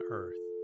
earth